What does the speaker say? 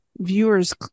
viewers